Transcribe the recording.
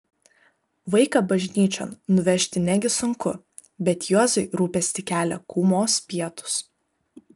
vaiką bažnyčion nuvežti negi sunku bet juozui rūpestį kelia kūmos pietūs